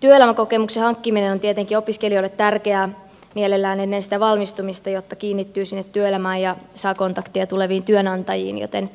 työelämäkokemuksen hankkiminen on tietenkin opiskelijoille tärkeää mielellään ennen sitä valmistumista jotta kiinnittyy sinne työelämään ja saa kontaktia tuleviin työnantajiin joten